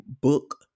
book